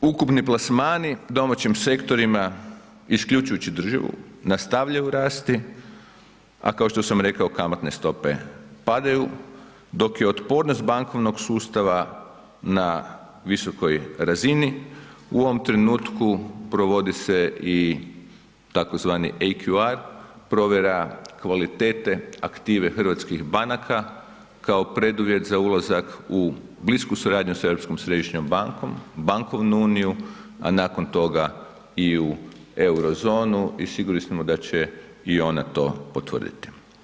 Ukupni plasmani domaćim sektorima isključujući održivu nastavljaju rasti, a kao što sam rekao kamatne stope padaju dok je otpornost bankovnog sustava na visokoj razini u ovom trenutku provodi se i tzv. AQR provjera kvalitete aktive hrvatskih banaka kao preduvjet za ulazak u blisku suradnju sa Europskom središnjom bankom, Bankovnu uniju, a nakon toga i u eurozonu i sigurni smo da će i ona to potvrditi.